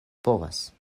povas